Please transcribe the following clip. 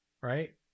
Right